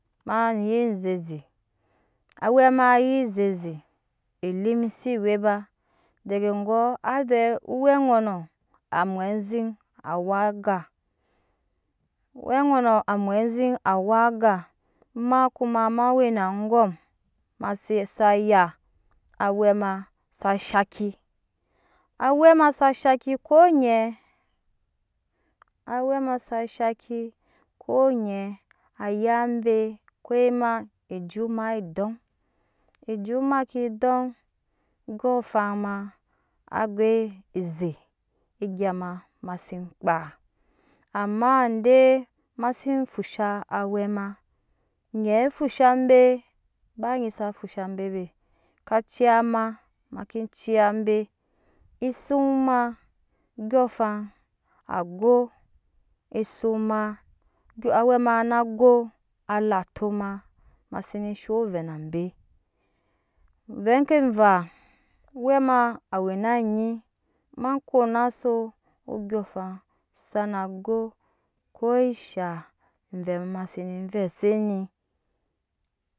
Maye zeze awe ama aye zeze elim se we ba dege gɔɔ awɛ ŋɔnɔ amwe aziŋ awak ga owɛ ŋonɔ amwe aziŋ awak ga owe nonɔ amwe aziŋ awak aga ma kuma ma we na angom se saya awɛ ma sa shaki awɛ ma sa shaki ko nyɛ awɛ ma sa shaki ko nye aya be ko ema ejut ma we dɔŋ ejut ma ki dɔŋ andyɔɔŋafan ma a goi eze egya ma ze kpaa amma de mase fusha awɛ ma nyɛ fusha be ba nyi sa fusha bebe ka ciya ma make ciya be ezuŋ ma oondyɔɔŋafan ago seuŋ ma awɛ ma na go alato ma mase ne shop ovɛ na be veɛ ke vaa ɔwɛ ma awe na nyi ma konaso andyɔɔŋafan sana go kesha ovɛɛ ma sene vɛɛ seni